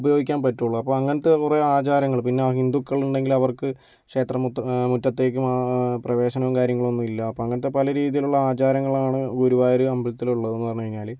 ഉപയോഗിക്കാൻ പറ്റുവൊള്ളു അപ്പ അങ്ങനത്തെ കുറെ ആചാരങ്ങള് പിന്നെ അഹിന്ദുക്കളുണ്ടെങ്കിൽ അവർക്ക് ക്ഷേത്ര മുറ്റ മുറ്റത്തേക്ക് പ്രവേശനം കാര്യങ്ങളൊന്നും ഇല്ല അപ്പ അങ്ങനത്തെ പല രീതിയിലുള്ള ആചാരങ്ങളാണ് ഗുരുവായൂര് അമ്പലത്തില് ഉള്ളതെന്ന് പറഞ്ഞ് കഴിഞ്ഞാല്